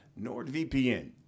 NordVPN